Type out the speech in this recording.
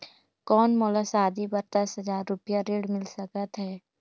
कौन मोला शादी बर दस हजार रुपिया ऋण मिल सकत है?